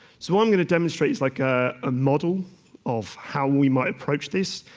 so i'm going to demonstrate is like ah a model of how we might approach this.